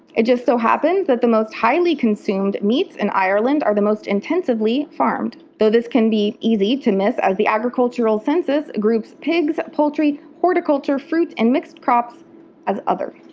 it just so happens that the most highly consumed meats in ireland are the most intensively farmed, though this can be easy to miss as the agricultural census groups pigs, poultry, horticulture, fruit and mixed crops as other.